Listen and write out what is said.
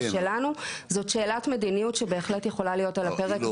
זאת קיבל את הטבות המס.